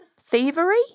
Thievery